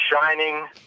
shining